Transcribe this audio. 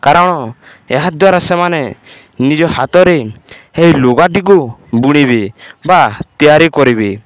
କାରଣ ଏହାଦ୍ୱାରା ସେମାନେ ନିଜ ହାତରେ ଏହି ଲୁଗାଟିକୁ ବୁଣିବେ ବା ତିଆରି କରିବେ